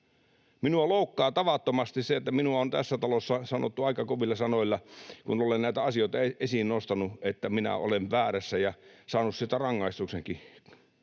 Minua loukkaa tavattomasti se, että minua on tässä talossa sanottu aika kovilla sanoilla, kun olen näitä asioita esiin nostanut, sanottu, että minä olen väärässä, ja olen saanut siitä rangaistuksenkin.